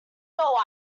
know